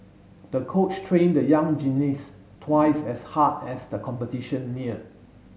the coach trained the young gymnast twice as hard as the competition near